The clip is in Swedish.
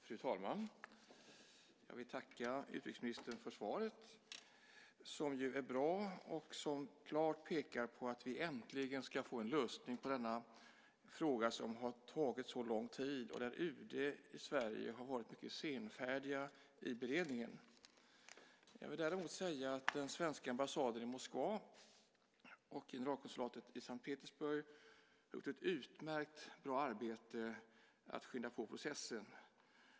Fru talman! Jag vill tacka utrikesministern för svaret, som är bra och som klart pekar på att vi äntligen ska få en lösning på denna fråga som har tagit så lång tid och där UD i Sverige har varit mycket senfärdigt i beredningen. Jag vill däremot säga att den svenska ambassaden i Moskva och generalkonsulatet i S:t Petersburg har gjort ett utmärkt arbete med att skynda på processen.